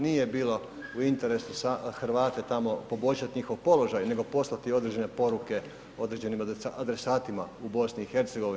Nije bilo u interesu Hrvate tamo, poboljšati njihov položaj nego poslati određene poruke određenim adresatima u BiH.